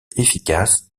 efficaces